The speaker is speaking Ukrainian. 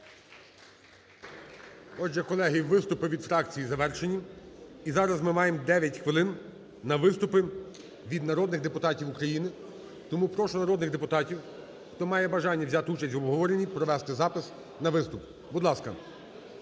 Отже, колеги, виступи від фракцій завершені. І зараз ми маємо 9 хвилин на виступи від народних депутатів України. Тому прошу народних депутатів, хто має бажання взяти участь в обговоренні, провести запис на виступ. Будь ласка,